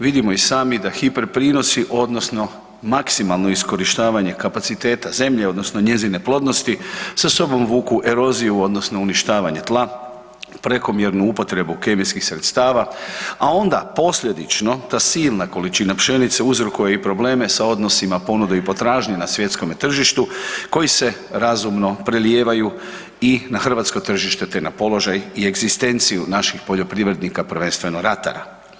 Vidimo i sami da hiper prinosi odnosno maksimalno iskorištavanje kapaciteta zemlje odnosno njezine plodnosti sa sobom vuku eroziju odnosno uništavanje tla, prekomjernu upotrebu kemijskih sredstava, a onda posljedično ta silna količina pšenice uzrokuje i probleme sa odnosima ponude i potražnje na svjetskom tržištu, koji se razumno prelijevaju i na hrvatsko tržite te na položaj i egzistenciju naših poljoprivrednika, prvenstveno ratara.